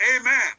Amen